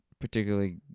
particularly